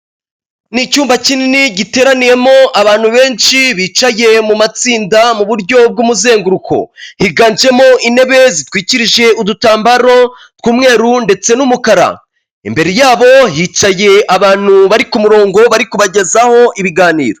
Nicyumba kinini giteraniyemo abantu benshi bicaye mu mamatsinda mu buryo bw'umuzenguruko higanjemo intebe zitwikirije udutambaro tw'umweru ndetse n'umukara imbere yabo hicaye abantu bari ku murongo bari kubagezaho ibiganiro.